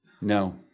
No